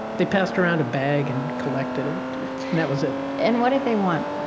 they passed around a bag and collected it. and that was it and what did they want?